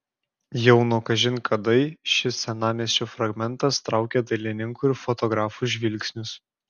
jau nuo kažin kadai šis senamiesčio fragmentas traukė dailininkų ir fotografų žvilgsnius